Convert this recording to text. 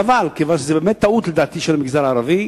חבל, כיוון שזו טעות של המגזר הערבי.